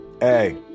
Hey